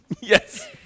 Yes